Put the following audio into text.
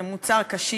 זה מוצר קשיח,